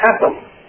happen